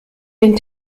den